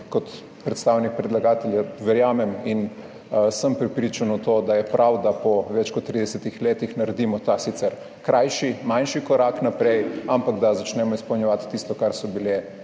Kot predstavnik predlagatelja verjamem in sem prepričan v to, da je prav, da po več kot 30 letih naredimo ta sicer krajši, manjši korak naprej in začnemo izpolnjevati tisto, kar so bile